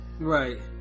Right